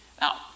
Now